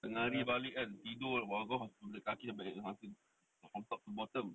tengah hari balik kan tidur aku punya kaki sampai from top to bottom